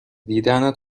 دیدنت